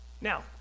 Now